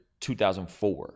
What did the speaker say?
2004